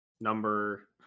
number